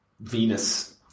Venus